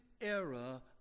era